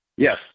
Yes